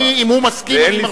אם הוא מסכים, אני מרשה.